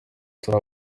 turi